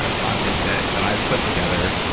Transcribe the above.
ah content that that i've put together,